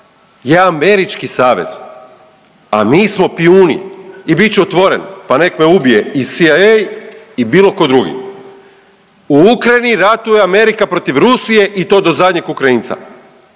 je američki savez, a mi smo pijuni i bit ću otvoren, pa nek me ubije i CIA i bilo ko drugi. U Ukrajini ratuje Amerika protiv Rusije i to do zadnjeg Ukrajinca,